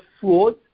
fraud